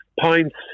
pints